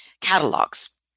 catalogs